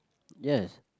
yes